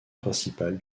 principale